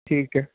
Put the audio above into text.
ਠੀਕ ਹੈ